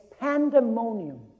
pandemonium